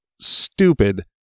stupid